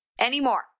anymore